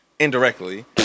Indirectly